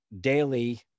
daily